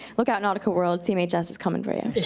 look out, nautical world, cmhs is coming for you.